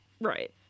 Right